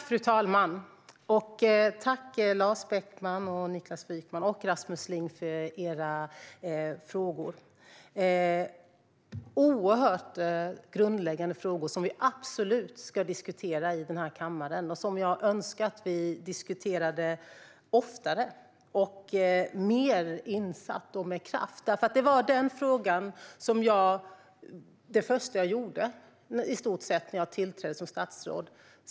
Fru talman! Tack, Lars Beckman, Niklas Wykman och Rasmus Ling för era frågor! Det är oerhört grundläggande frågor som vi absolut ska diskutera i den här kammaren och som jag önskar att vi diskuterade oftare, mer insatt och med kraft. Den här frågan var i stort sett den första jag tog mig an när jag tillträdde som statsråd.